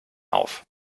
auf